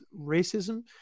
racism